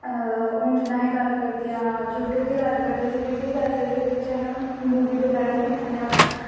हून अस गल्ल करदे आं यूटयूब दी गल्ल करदे आं यूटयूब दी गल्ल करगे ते एह्दे च अस मूवी बगैरा बी दिक्खी सकदे आं